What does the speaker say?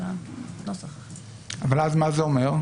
אבל אז מה זה אומר?